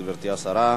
גברתי השרה.